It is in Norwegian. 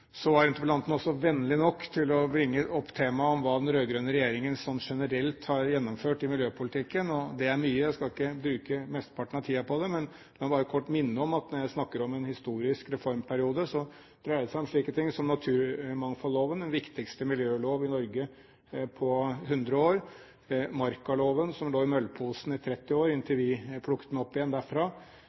Så var interpellanten også vennlig nok til å bringe opp temaet hva den rød-grønne regjeringen sånn generelt har gjennomført i miljøpolitikken, og det er mye. Jeg skal ikke bruke mesteparten av tiden på det, men bare kort minne om at når jeg snakker om en historisk reformperiode, dreier det seg om slike ting som naturmangfoldloven, den viktigste miljølov i Norge på 100 år, markaloven, som lå i møllposen i 30 år inntil vi plukket den opp igjen derfra,